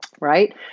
right